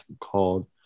called